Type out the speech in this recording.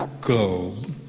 globe